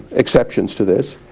exceptions to this,